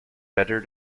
better